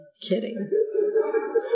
kidding